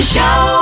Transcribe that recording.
Show